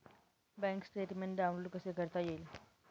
Bank statement download कसे करता येईल?